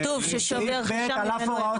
כתוב ששווי הרכישה ------ הוראות